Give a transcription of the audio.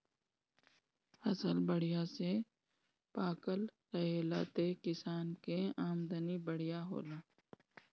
फसल बढ़िया से पाकल रहेला त किसान के आमदनी बढ़िया होला